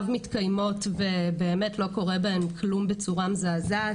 מתקיימות ובאמת לא קורה בהן כלום בצורה מזעזעת.